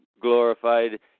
glorified